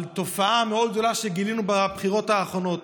לגבי תופעה מאוד גדולה שגילינו בבחירות האחרונות.